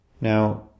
Now